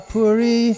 Puri